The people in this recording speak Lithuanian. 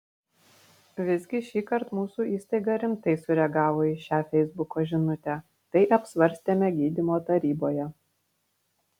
visgi šįkart mūsų įstaiga rimtai sureagavo į šią feisbuko žinutę tai apsvarstėme gydymo taryboje